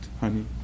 honey